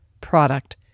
product